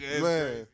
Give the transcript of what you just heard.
Man